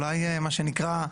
ואולי מה שנקרא,